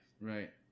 right